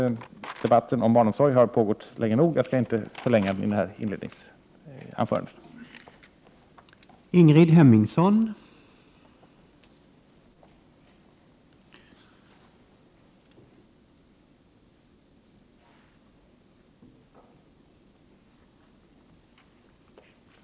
Debatten om barnomsorgen har pågått länge nog. Jag skall därför inte förlänga mitt inledningsanförande.